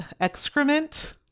excrement